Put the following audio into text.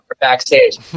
backstage